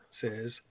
says